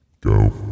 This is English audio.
Go